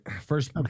first